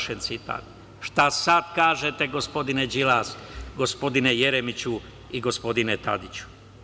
Šta sad kažete, gospodine Đilas, gospodine Jeremiću i gospodine Tadiću?